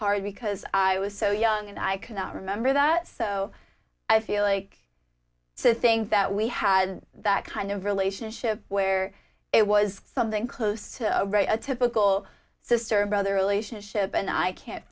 hard because i was so young and i cannot remember that so i feel like to think that we had that kind of relationship where it was something close to a typical sister brother relationship and i can